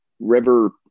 river